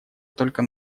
только